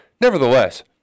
nevertheless